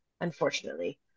unfortunately